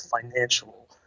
financial